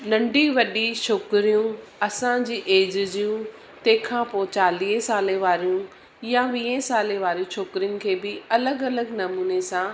नंढी वॾी छोकिरियूं असांजे एज जूं तंहिंखां पोइ चालीहे साले वारियूं या वीहे साले वारियूं छोकिरियुनि खे बि अलॻि अलॻि नमूने सां